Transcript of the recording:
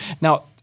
Now